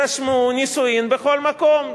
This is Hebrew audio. רשמו נישואים בכל מקום,